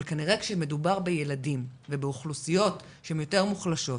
אבל כנראה שכשמדובר בילדים ובאוכלוסיות שהן מוחלשות יותר,